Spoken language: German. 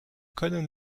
können